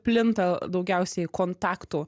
plinta daugiausiai kontaktų